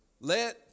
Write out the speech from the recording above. Let